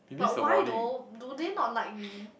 but why though do they not like me